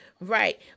right